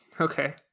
Okay